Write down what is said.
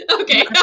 okay